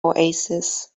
oasis